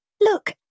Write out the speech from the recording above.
Look